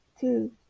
two